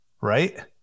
right